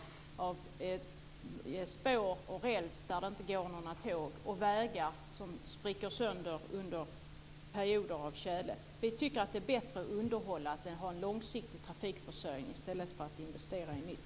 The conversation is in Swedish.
Det finns spår och räls där det inte går några tåg, och vägar som spricker sönder under perioder av tjäle. Vi tycker att det är bättre att underhålla och ha en långsiktig trafikförsörjning i stället för att investera i nytt.